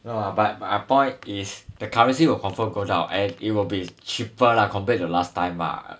no lah but my point is the currency will confirm go down and it will be cheaper lah compared to last time ah